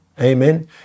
Amen